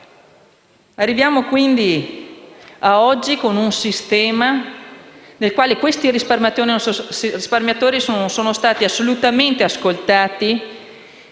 Arriviamo quindi ad oggi con un sistema nel quale questi risparmiatori non sono stati assolutamente ascoltati